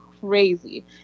crazy